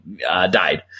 died